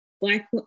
black